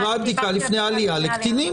היא דיברה על בדיקה לפני העלייה לקטינים.